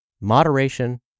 Moderation